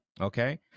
okay